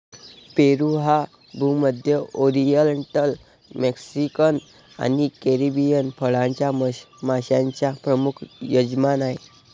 पेरू हा भूमध्य, oriental, Mexican आणि कॅरिबियन फळांच्या माश्यांचा प्रमुख यजमान आहे